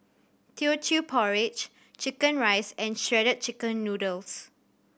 Teochew Porridge chicken rice and Shredded Chicken Noodles